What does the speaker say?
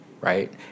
right